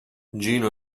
gino